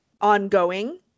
ongoing